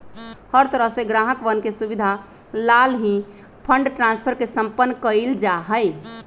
हर तरह से ग्राहकवन के सुविधा लाल ही फंड ट्रांस्फर के सम्पन्न कइल जा हई